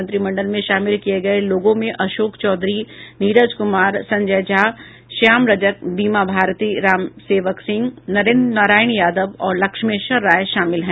मंत्रिमंडल में शामिल किए गये लोगों में अशोक चौधरी नीरज कुमार संजय झा श्याम रजक बीमा भारती रामसेवक सिंह नरेन्द्र नारायण यादव और लक्ष्मेश्वर राय शामिल हैं